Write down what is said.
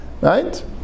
right